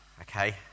okay